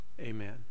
Amen